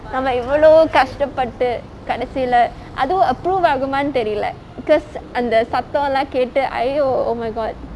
நம்ம இவ்ளோ கஷ்டப்பட்டு கடைசிலே அதுவும்:namme ivalo kashtapattu kadaisile athuvum approve ஆகுமானு தெரிலே:aagumaanu terilae because அந்த சத்தோலாகேட்டு:antha sattholaa kettu !aiyo! oh my god